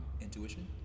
intuition